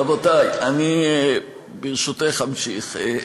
רבותי, אני, ברשותך, אמשיך.